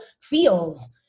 feels